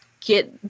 get